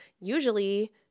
usually